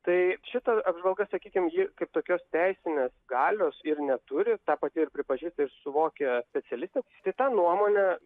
tai šita apžvalga sakykim ji kaip tokios teisinės galios ir neturi tą pati ir pripažįsta ir suvokia specialistė štai ta nuomonė